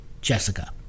Jessica